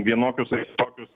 vienokius ar kitokius